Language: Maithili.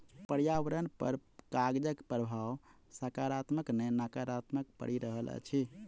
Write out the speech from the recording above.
पर्यावरण पर कागजक प्रभाव साकारात्मक नै नाकारात्मक पड़ि रहल अछि